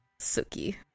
Suki